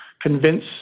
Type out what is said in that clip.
convince